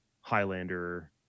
Highlander